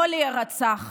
לא להירצח,